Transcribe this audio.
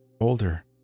Older